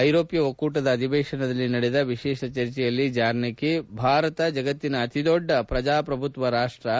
ಐರೋಪ್ಯ ಒಕ್ಕೂಟದ ಅಧಿವೇಶನದಲ್ಲಿ ನಡೆದ ವಿಶೇಷ ಚರ್ಚೆಯಲ್ಲಿ ಜಾರ್ನೆಕಿ ಭಾರತ ಜಗತ್ತಿನ ಅತಿದೊಡ್ಡ ಪ್ರಜಾಪ್ರಭುತ್ವ ರಾಷ್ವ